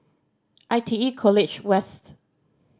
I T E College West